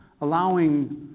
allowing